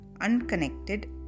unconnected